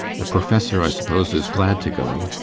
the professor, i suppose, is glad to go.